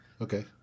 Okay